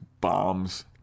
bombs